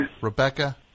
Rebecca